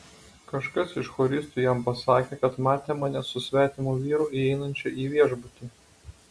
kažkas iš choristų jam pasakė kad matė mane su svetimu vyru įeinančią į viešbutį